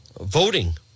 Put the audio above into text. voting